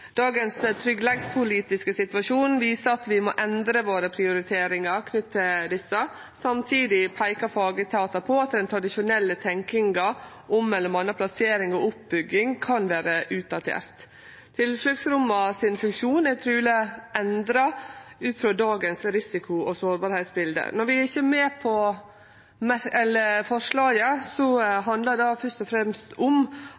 Dagens tryggleikspolitiske situasjon viser at vi må endre prioriteringane våre knytte til desse. Samtidig peikar fagetatar på at den tradisjonelle tenkinga om m.a. plassering og oppbygging kan vere utdatert. Funksjonen til tilfluktsromma er truleg endra ut frå dagens risiko- og sårbarheitsbilde. Når vi ikkje er med på forslaget, handlar det først og fremst om